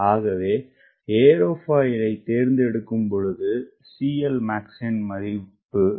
ஆகவே ஏரோபாயில் தேர்ந்தெடுக்கும்பொழுதுCLmaxஇன் மதிப்பு அதிகமாக இருத்தல் வேண்டும்